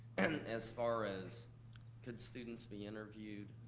and and as far as could students be interviewed,